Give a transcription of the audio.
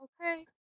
okay